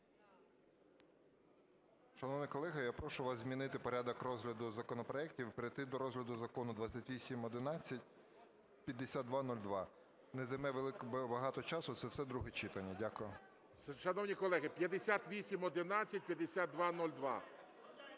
Шановні колеги, я прошу вас змінити порядок розгляду законопроектів і перейти до розгляду Закону 2811, 5202. Не займе багато часу, це все друге читання. Дякую. ГОЛОВУЮЧИЙ. Шановні колеги, 5811, 5202.